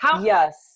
Yes